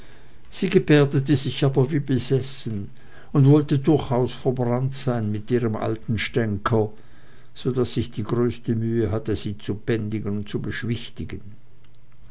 sie gebärdete sich aber wie besessen und wollte durchaus verbrannt sein mit ihrem alten stänker so daß ich die größte mühe hatte sie zu bändigen und zu beschwichtigen